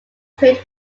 trade